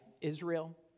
Israel